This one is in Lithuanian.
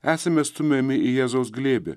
esame stumiami į jėzaus glėbį